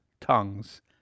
tongues